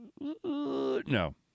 No